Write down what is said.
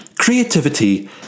Creativity